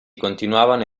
continuavano